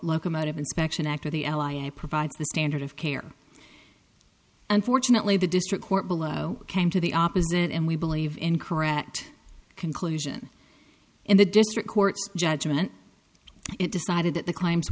locomotive inspection act of the l i e provides the standard of care unfortunately the district court below came to the opposite and we believe in correct conclusion in the district court judgment it decided that the claims